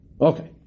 Okay